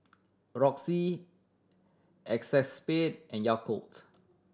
Roxy Acexspade and Yakult